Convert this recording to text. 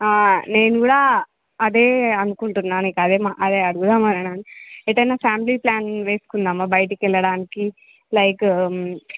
నేను కూడా అదే అనుకుంటున్నాను ఇంక అదే అడుగుదాము ఎటైనా ఫ్యామిలీ ప్లానింగ్ వేసుకుందామా బయటికి వెళ్ళడానికి లైక్